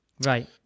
Right